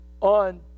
on